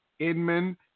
Edmund